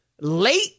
late